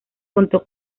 contó